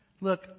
Look